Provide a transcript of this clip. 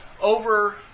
over